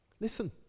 Listen